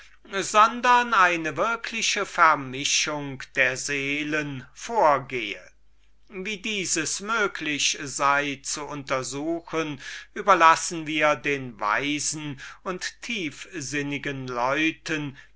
sondern eine wirkliche mischung der seelen vorgehe wie dieses möglich sei zu untersuchen überlassen wir billig den weisen und tiefsinnigen leuten